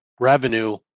revenue